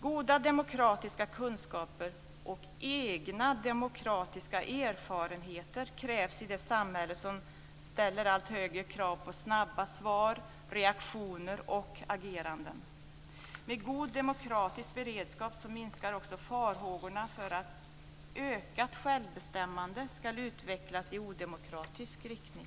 Goda demokratiska kunskaper och egna demokratiska erfarenheter krävs i det samhälle som ställer allt högre krav på snabba svar, reaktioner och ageranden. Med god demokratisk beredskap minskar också farhågorna för att ökat självbestämmande ska utvecklas i odemokratisk riktning.